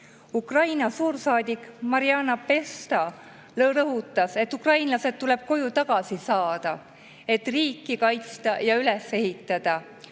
suursaadik Marjana Betsa rõhutas, et ukrainlased tuleb koju tagasi saada, et riiki kaitsta ja üles ehitada.